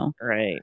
right